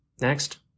Next